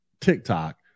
TikTok